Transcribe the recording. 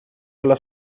alla